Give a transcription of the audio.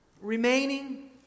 remaining